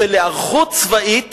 של היערכות צבאית